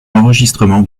enseignements